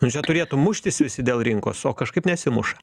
nu čia turėtų muštis visi dėl rinkos o kažkaip nesimuša